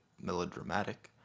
melodramatic